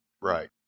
Right